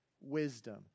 wisdom